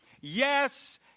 yes